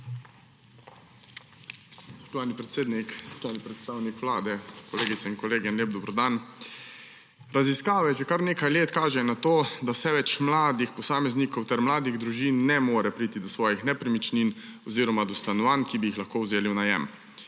Spoštovani podpredsednik, spoštovani predstavnik Vlade, kolegice in kolegi, en lep dober dan! Raziskave že kar nekaj let kažejo na to, da vse več mladih posameznikov ter mladih družin ne more priti do svojih nepremičnin oziroma do stanovanj, ki bi jih lahko vzeli v najem.